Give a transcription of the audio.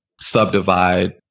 subdivide